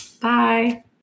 Bye